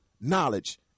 knowledge